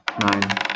nine